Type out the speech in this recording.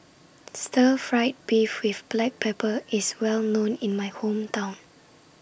Stir Fried Beef with Black Pepper IS Well known in My Hometown